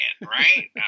right